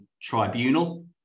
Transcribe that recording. tribunal